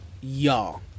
y'all